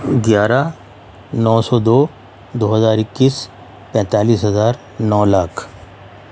گیارہ نو سو دو دو ہزار اکیس پینتالیس ہزار نو لاکھ